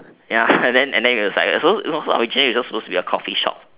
ya and then and then it was you know originally it was supposed to be a coffee shop